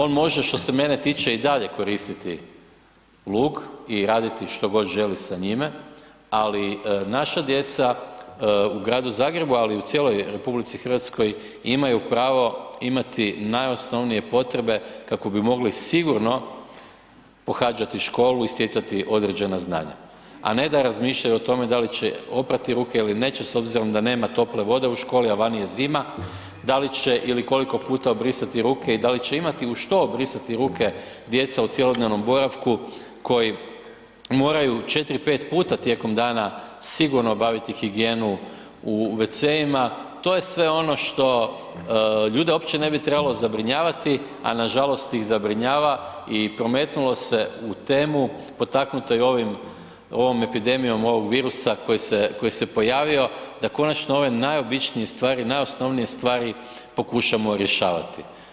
On može što se mene tiče i dalje koristiti lug i raditi što god želi sa njime, ali naša djeca u Gradu Zagrebu, ali i u cijeloj RH imaju pravo imati najosnovnije potrebe kako bi mogli sigurno pohađati školu i stjecati određena znanja, a ne da razmišljaju o tome da li će oprati ruke ili neće s obzirom da nema tople vode u školi, a vani je zima, da li će ili koliko puta obrisati ruke i da li će imati u što obrisati ruke djeca u cjelodnevnom boravku koji moraju 4-5 puta tijekom dana sigurno obaviti higijenu u wc-ima, to je sve ono što ljude uopće ne bi trebalo zabrinjavati, a nažalost ih zabrinjava i prometnulo se u temu poteknuto i ovim, ovom epidemijom ovog virusa koji se, koji se pojavio, da konačno ove najobičnije stvari, najosnovnije stvari pokušamo rješavati.